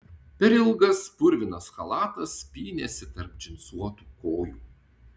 per ilgas purvinas chalatas pynėsi tarp džinsuotų kojų